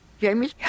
Jamie